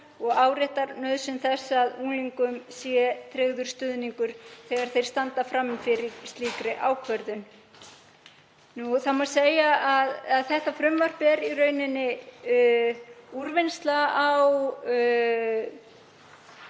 og áréttar nauðsyn þess að unglingum sé tryggður stuðningur þegar þeir standa frammi fyrir slíkri ákvörðun. Það má segja að þetta frumvarp sé í rauninni úrvinnsla á